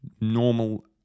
normal